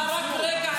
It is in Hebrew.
זה הערות ביניים.